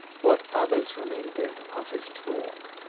what others remembered of his talk,